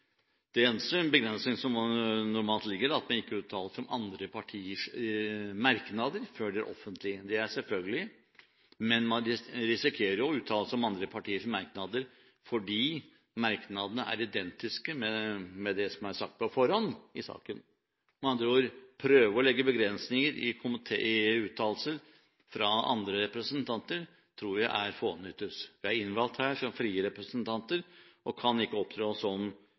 i komitébehandlingen. Den eneste begrensningen som normalt er, er at man ikke uttaler seg om andre partiers merknader før de er offentlige. Det er selvfølgelig, men man risikerer å uttale seg om andre partiers merknader fordi merknadene er identiske med det som er sagt på forhånd i saken. Med andre ord: Å prøve å legge begrensninger i komitéuttalelser fra andre representanter tror jeg er fånyttes. Vi er innvalgt her som frie representanter og kan ikke opptre som politiske evnukker ved å nekte å uttale oss